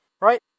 right